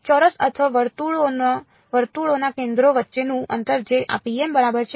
ચોરસ અથવા વર્તુળોના કેન્દ્રો વચ્ચેનું અંતર જે બરાબર છે